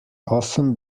often